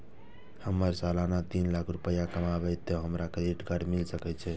हमर सालाना तीन लाख रुपए कमाबे ते हमरा क्रेडिट कार्ड मिल सके छे?